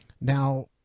Now